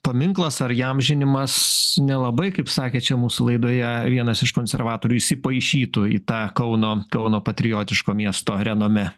paminklas ar įamžinimas nelabai kaip sakė čia mūsų laidoje vienas iš konservatorių įsipaišytų į tą kauno kauno patriotiško miesto renome